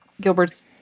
Gilberts